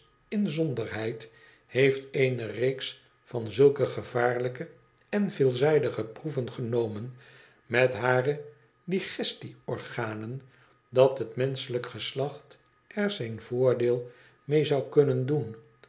inzonderheid heeft eene reeks van zulke gevaarlijke en veelzijdige proeven genomen met hare digesti organen dat het menschelijk geslacht er zijn voordeel mee zou kunnen doen